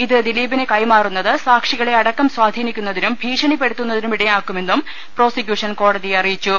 ഇത് ദിലീപിന് കൈമാറുന്നത് സാക്ഷികളെയടക്കം സ്വാധീ നിക്കുന്നതിനും ഭീഷണിപ്പെടുത്തുന്നതിനും ഇടയാക്കുമെന്നും പ്രോസിക്യൂഷൻ കോടതിയെ അറിയിച്ചു